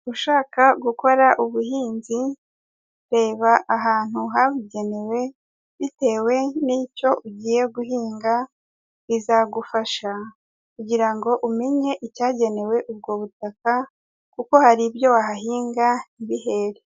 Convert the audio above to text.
Ushaka gukora ubuhinzi, reba ahantu habugenewe, bitewe n'icyo ugiye guhinga, bizagufasha kugira ngo umenye icyagenewe ubwo butaka, kuko hari ibyo wahahinga ntibihere.